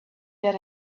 that